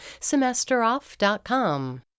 SemesterOff.com